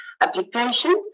application